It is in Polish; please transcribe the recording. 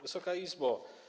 Wysoka Izbo!